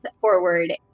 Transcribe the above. forward